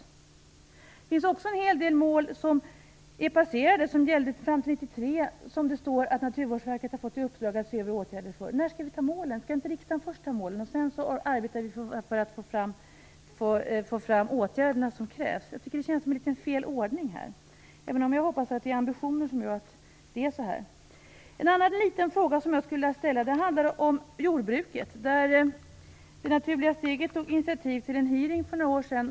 Det finns också en hel del mål som är passerade, och som gällde fram till 1993. Även för dessa står det att Naturvårdsverket har fått i uppdrag att se över åtgärder. När skall vi sätta målen? Skall inte riksdagen först sätta målen? Sedan kan vi arbeta för att få fram de åtgärder som krävs. Jag tycker att detta känns som en litet felaktig ordning, även om jag hoppas att det är ambitioner som gör att det blir så här. En annan fråga jag vill ställa handlar om jordbruket. Det Naturliga Steget tog initiativ till en hearing för några år sedan.